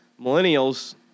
millennials